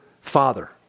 Father